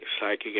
psychic